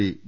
P V